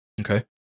Okay